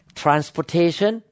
transportation